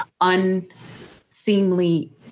unseemly